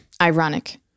Ironic